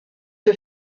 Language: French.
que